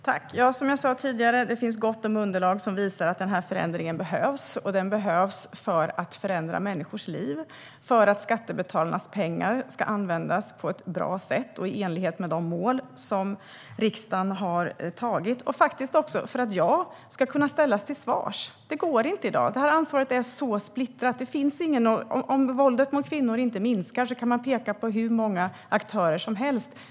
Herr talman! Som jag sa tidigare finns det gott om underlag som visar att den här förändringen behövs. Den behövs för att förändra människors liv, för att skattebetalarnas pengar ska användas på ett bra sätt i enlighet med de mål som riksdagen har antagit och faktiskt också för att jag ska kunna ställas till svars. Det går inte i dag, för det här ansvaret är splittrat. Om våldet mot kvinnor inte minskar kan man peka på hur många aktörer som helst.